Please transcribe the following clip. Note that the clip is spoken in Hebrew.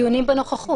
דיונים בנוכחות.